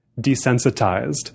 desensitized